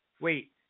wait